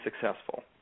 successful